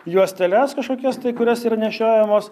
juosteles kažkokias tai kurias yra nešiojamos